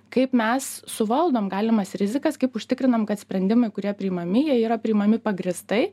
kaip mes suvaldom galimas rizikas kaip užtikrinam kad sprendimai kurie priimami jie yra priimami pagrįstai